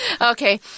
Okay